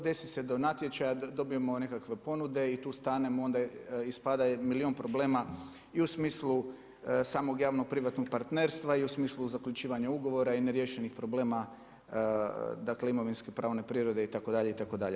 Desi se do natječaja dobijemo nekakve ponude i tu stanemo i onda ispada milijun problema i u smislu samog javnog privatnog partnerstva i u smislu zaključivanja ugovora i neriješenih problema dakle, imovinske-pravne prirode itd., itd.